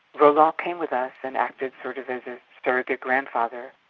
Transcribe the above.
roland came with us and acted sort of as a surrogate grandfather,